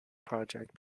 project